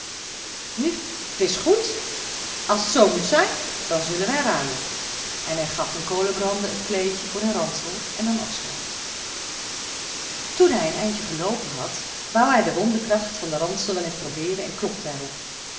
nu t is goed als t zoo zijn moet dan zullen wij ruilen en hij gaf den kolenbrander het kleedje voor den ransel en nam afscheid toen hij een eindje geloopen had wou hij de wonderkracht van den ransel wel eens probeeren en klopte